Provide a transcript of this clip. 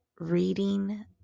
Reading